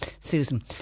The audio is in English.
Susan